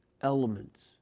ELEMENTS